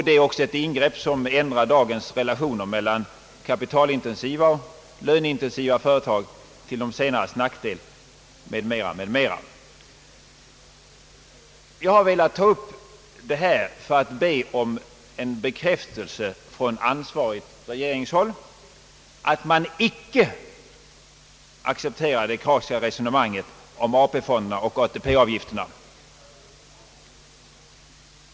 Det är också ett ingrepp som ändrar dagens relationer mellan kapitalintensiva och löneintensiva företag, till de senares nackdel, m.m. Jag har velat ta upp detta för att be om en bekräftelse från ansvarigt regeringshåll, att man icke accepterar det Kraghska resonemanget om AP-fonderna och ATP-avgifterna.